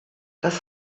das